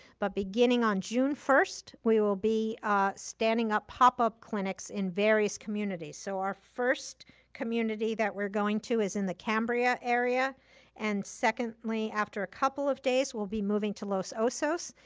but beginning on june first, we will be standing up popup clinics in various communities. so our first community that we're going to is in the cambria area and, secondly, after a couple of days we'll be moving to los osos,